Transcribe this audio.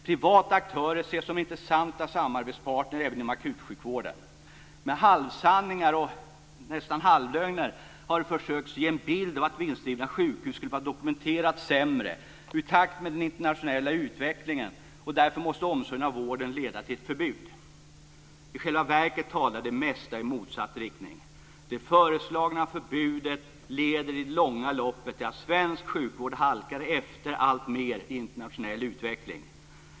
Privata aktörer ses som intressanta samarbetspartner även inom akutsjukvården. Med halvsanningar och nästan halvlögner har man försökt att ge en bild av att vinstdrivna sjukhus skulle vara dokumenterat sämre och ur takt med den internationella utvecklingen. Därför måste omsorgen om vården leda till ett förbud. I själva verket talar det mesta i motsatt riktning. Det föreslagna förbudet leder i det långa loppet till att svensk sjukvård halkar efter alltmer i internationell utveckling.